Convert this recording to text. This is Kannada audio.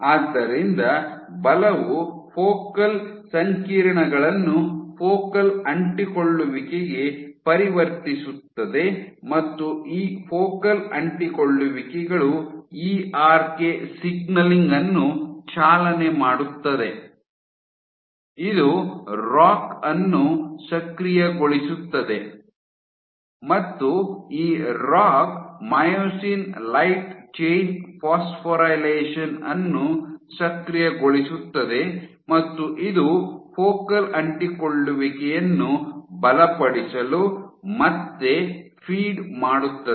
ಆದ್ದರಿಂದ ಬಲವು ಫೋಕಲ್ ಸಂಕೀರ್ಣಗಳನ್ನು ಫೋಕಲ್ ಅಂಟಿಕೊಳ್ಳುವಿಕೆಗೆ ಪರಿವರ್ತಿಸುತ್ತದೆ ಮತ್ತು ಈ ಫೋಕಲ್ ಅಂಟಿಕೊಳ್ಳುವಿಕೆಗಳು ಇ ಆರ್ ಕೆ ಸಿಗ್ನಲಿಂಗ್ ಅನ್ನು ಚಾಲನೆ ಮಾಡುತ್ತದೆ ಇದು ರಾಕ್ ಅನ್ನು ಸಕ್ರಿಯಗೊಳಿಸುತ್ತದೆ ಮತ್ತು ಈ ROCK myosin light chain phosphorylation ಅನ್ನು ಸಕ್ರಿಯಗೊಳಿಸುತ್ತದೆ ಮತ್ತು ಇದು ಫೋಕಲ್ ಅಂಟಿಕೊಳ್ಳುವಿಕೆಯನ್ನು ಬಲಪಡಿಸಲು ಮತ್ತೆ ಫೀಡ್ ಮಾಡುತ್ತದೆ